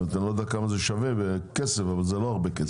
אני לא יודע כמה זה שווה בכסף אבל זה לא הרבה,